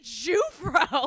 jufro